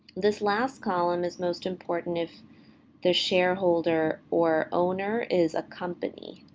this last column is most important if the shareholder or owner is a company.